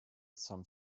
some